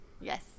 Yes